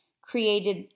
created